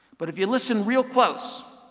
but if you listen real close,